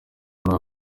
muri